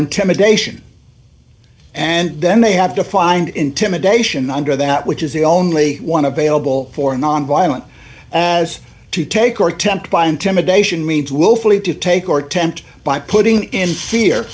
intimidation and then they have to find intimidation under that which is the only one available for a nonviolent as to take or attempt by intimidation means willfully to take or attempt by putting in fear